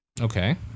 Okay